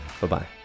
Bye-bye